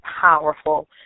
powerful